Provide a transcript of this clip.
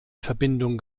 verbindung